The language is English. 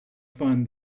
fun